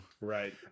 Right